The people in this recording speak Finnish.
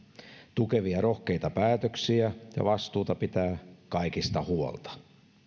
tukevia rohkeita päätöksiä ja vastuuta pitää kaikista huolta